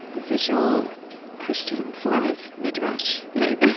visual christian form of midrash, right?